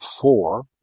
Four